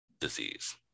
disease